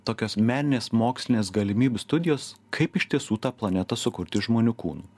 tokios meninės mokslinės galimybių studijos kaip iš tiesų tą planetą sukurti iš žmonių kūnų